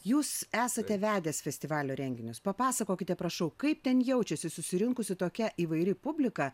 jūs esate vedęs festivalio renginius papasakokite prašau kaip ten jaučiasi susirinkusi tokia įvairi publika